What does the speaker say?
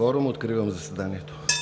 Откривам заседанието. (Звъни.)